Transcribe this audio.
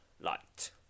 Light